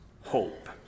hope